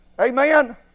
Amen